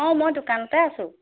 অঁ মই দোকানতে আছোঁ